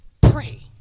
pray